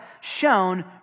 shown